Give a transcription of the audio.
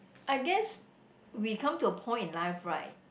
I guess we come to a point in life right